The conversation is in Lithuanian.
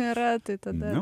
yra tai tada